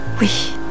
Oui